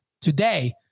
today